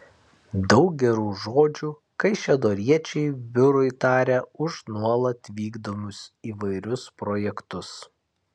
daug gerų žodžių kaišiadoriečiai biurui taria už nuolat vykdomus įvairius projektus